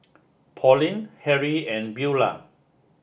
Pauline Harry and Beula